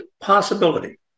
possibility